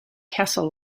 castle